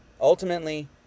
Ultimately